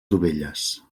dovelles